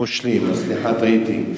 מושלים, סליחה, טעיתי.